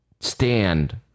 stand